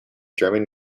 german